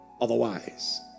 otherwise